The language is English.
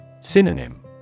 Synonym